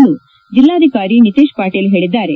ಎಂದು ಜಲ್ಲಾಧಿಕಾರಿ ನಿತೇಶ್ ಪಾಟೀಲ್ ತಿಳಿಸಿದ್ದಾರೆ